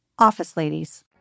OfficeLadies